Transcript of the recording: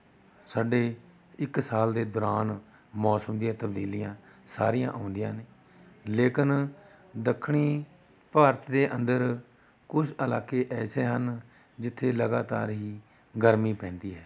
ਸਾਡੇ ਇੱਕ ਸਾਲ ਦੇ ਦੌਰਾਨ ਮੌਸਮ ਦੀਆਂ ਤਬਦੀਲੀਆਂ ਸਾਰੀਆਂ ਆਉਂਦੀਆਂ ਨੇ ਲੇਕਿਨ ਦੱਖਣੀ ਭਾਰਤ ਦੇ ਅੰਦਰ ਕੁਝ ਇਲਾਕੇ ਐਸੇ ਹਨ ਜਿੱਥੇ ਲਗਾਤਾਰ ਹੀ ਗਰਮੀ ਪੈਂਦੀ ਹੈ